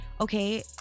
okay